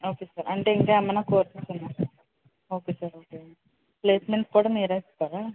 okay sir అంటే ఇంకేమైనా courses ఉన్నాయా ఓకే సార్ ఓకే ప్లేసెమెంట్స్ కూడా మీరే ఇస్తారా